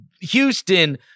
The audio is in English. Houston